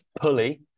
pulley